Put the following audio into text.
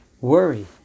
worry